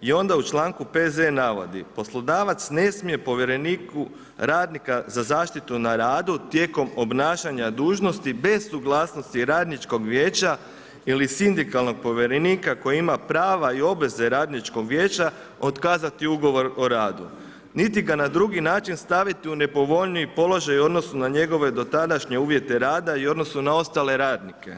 i onda u članku P.Z. navodi „Poslodavac ne smije povjereniku radnika za zaštitu na radu tijekom obnašanja dužnosti bez suglasnosti radničkog vijeća ili sindikalnog povjerenika koji ima prava i obveze radničkog vijeća otkazati ugovor o radu niti na drugi način staviti u nepovoljniji položaj u odnosu na njegove do tadašnje uvjete rada i u odnosu na ostale radnike“